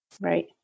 Right